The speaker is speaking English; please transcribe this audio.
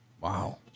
Wow